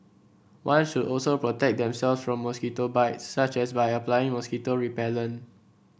one should also protect themselves from mosquito bites such as by applying mosquito repellent